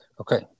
Okay